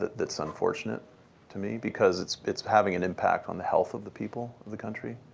that's unfortunate to me, because it's it's having an impact on the health of the people of the country.